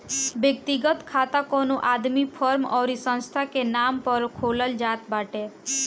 व्यक्तिगत खाता कवनो आदमी, फर्म अउरी संस्था के नाम पअ खोलल जात बाटे